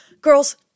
girls